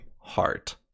heart